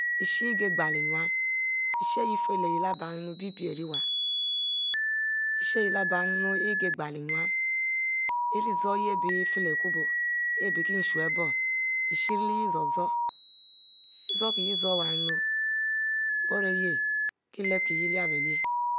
ishay igieglo innu ishay emi yeh ifieleh leh yeh leh bie bie lriwu ishau yab leh bie bie-bie ari wu ijie zoro yeh abie ifie kubo zoro-zoro, ezoro kie yah zoro-zoro iwununu, birieh kie lekie yeh lie bie lie